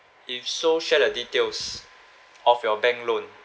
if so share the details of your bank loan